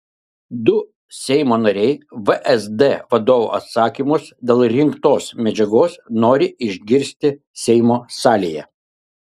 du seimo nariai vsd vadovo atsakymus dėl rinktos medžiagos nori išgirsti seimo salėje